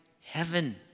heaven